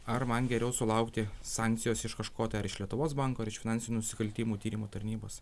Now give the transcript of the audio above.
ar man geriau sulaukti sankcijos iš kažko tai ar iš lietuvos banko ar iš finansinių nusikaltimų tyrimo tarnybos